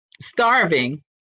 starving